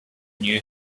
knew